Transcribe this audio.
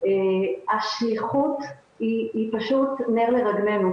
השליחות היא פשוט נר לרגלינו,